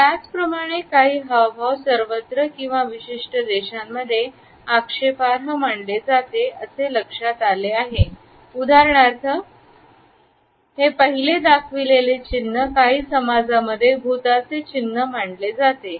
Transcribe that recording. त्याचप्रमाणे काही हावभाव सर्वत्र किंवा काही विशिष्ट देशांमध्ये आक्षेपार्ह मानले जातेअसे लक्षात आले आहे उदाहरणार्थ हे पहिले दाखविलेले चिन्ह काही समाजामध्ये भुताचे चिन्ह मानले जाते